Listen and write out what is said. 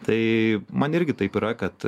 tai man irgi taip yra kad